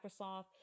Microsoft